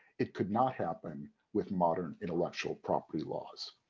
it could not happen with modern intellectual property laws.